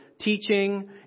teaching